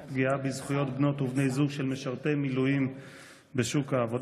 פגיעה בזכויות בנות ובני זוג של משרתי מילואים בשוק העבודה.